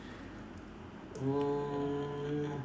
mm